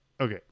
okay